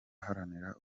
aharanira